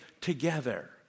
together